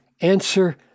answer